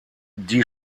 die